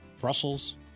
Brussels